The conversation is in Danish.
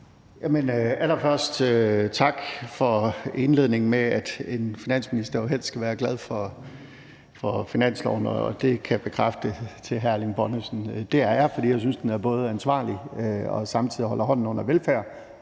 allerførst tak for indledningen med, at en finansminister jo helst skal være glad for finansloven. Det kan jeg bekræfte over for hr. Erling Bonnesen at jeg er, for jeg synes, at den er ansvarlig og samtidig holder hånden under velfærd